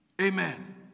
Amen